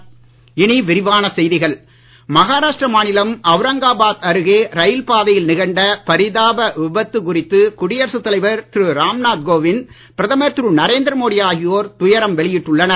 விபத்து மகாராஷ்டிர மாநிலம் அவுரங்காபாத் அருகே ரயில் பாதையில் நிகழ்ந்த பரிதாப விபத்து குறித்து குடியரசு தலைவர் திரு ராம் நாத் கோவிந்த் பிரதமர் திரு நரேந்திரமோடி ஆகியோர் துயரம் வெளியிட்டு உள்ளனர்